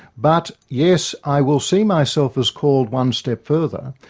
but, yes, i will see myself as called one step further,